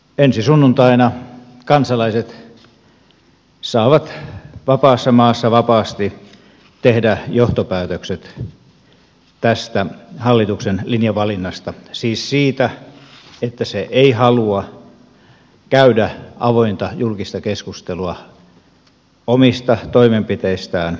ensi sunnuntaina kansalaiset saavat vapaassa maassa vapaasti tehdä johtopäätökset tästä hallituksen linjavalinnasta siis siitä että hallitus ei halua käydä avointa julkista keskustelua omista toimenpiteistään ennen sunnuntain vaaleja